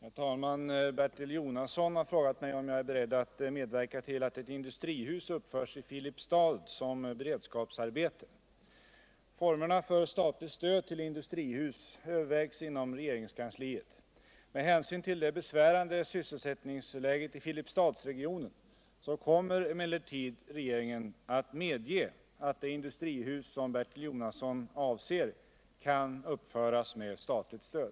Herr talman! Bertil Jonasson har frågat mig om jag är beredd att medverka till att ett industrihus uppförs i Filipstad som beredskapsarbete. Formerna för statligt stöd till industrihus övervägs inom regeringskansliet. Med hänsyn till det besvärande sysselsättningsläget i Filipstadsregionen kommer emellertid regeringen att medge att det industrihus som Bertil Jonasson avser kan uppföras med statligt stöd.